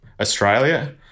Australia